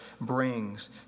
brings